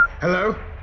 Hello